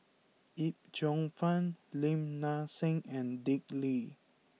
Yip Cheong Fun Lim Nang Seng and Dick Lee